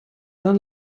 dann